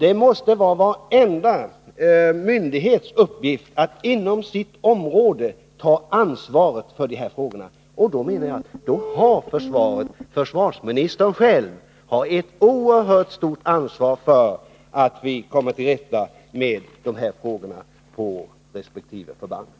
Det måste vara varenda myndighets uppgift att inom sitt område ta ansvar i de här frågorna. Därför har försvaret och försvarsministern själv ett oerhört ansvar för att vi kommer till rätta med de här problemen på resp. förband.